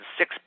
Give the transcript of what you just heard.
six